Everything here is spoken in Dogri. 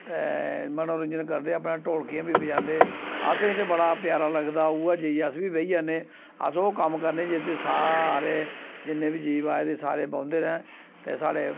ते मनोरंजन करदे अपने डोलकियां बी बजांदे असेंगी ते बड़ा प्यारा लग्गदा उ'यै जाइयै अस बी बेही आने अस ओह् कम्म करने जिंदे च सारे जिन्ने बी जीव आए दे सारे बौंह्दे न ते साढ़े